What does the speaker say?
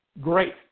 great